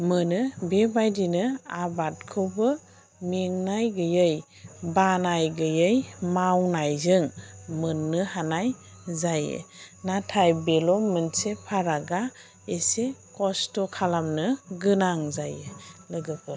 मोनो बेबायदिनो आबादखौबो मेंनाय गैयै बानाय गैयै मावनायजों मोननो हानाय जायो नाथाय बेल' मोनसे फारागा एसे कस्त' खालामनो गोनां जायो लोगोफोर